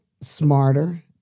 smarter